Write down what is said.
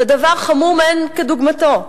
זה דבר חמור מאין כדוגמתו.